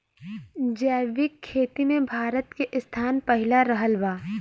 जैविक खेती मे भारत के स्थान पहिला रहल बा